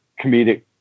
comedic